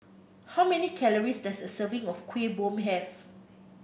how many calories does a serving of Kuih Bom have